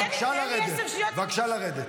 אתה תיתן לי עשר שניות --- בבקשה לרדת.